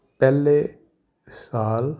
ਪਹਿਲੇ ਸਾਲ